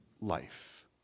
life